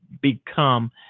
become